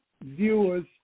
viewers